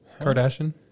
Kardashian